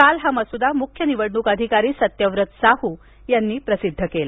काल हा मसुदा मुख्य निवडणूक अधिकारी सत्यव्रत साहु यांनी प्रसिद्ध केला